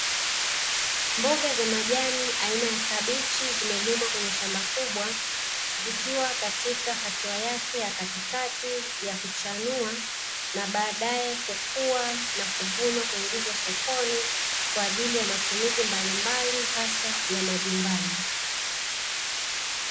Mboga za majani aina ya kabichi, zimelimwa kwenye shamba kubwa, zikiwa katika hatua yake ya katikati ya kuchanua na baadaye kukua na kuvunwa kuingizwa sokoni kwa ajili ya matumizi mbalimbali, hasa ya majumbani.